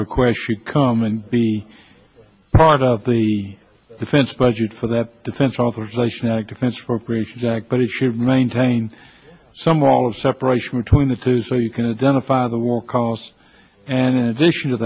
requests should come and be part of the defense budget for the defense authorization act defense for preaching but it should maintain some wall of separation between the two so you can identify the war costs and in addition to